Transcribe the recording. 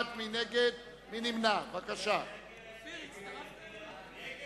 הצעת הסיכום שהביא חבר הכנסת חנא סוייד